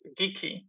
geeky